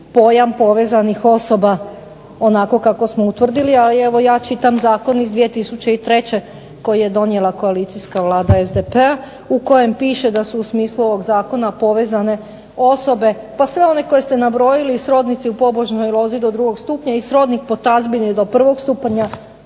pojam povezanih osoba onako kako smo utvrdili, a evo ja čitam zakon iz 2003. koji je donijela koalicijska Vlada SDP-a, u kojem piše da su u smislu ovog zakona povezane osobe, pa sve one koje ste nabrojili srodnici u pobočnoj lozi do drugog stupnja i srodnih po tazbini do prvog stupnja